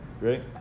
right